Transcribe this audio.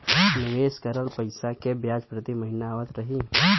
निवेश करल पैसा के ब्याज प्रति महीना आवत रही?